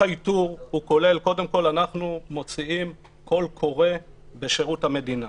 קודם כול אנחנו מוציאים קול קורא בשירות המדינה